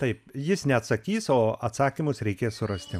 taip jis neatsakys o atsakymus reikės surasti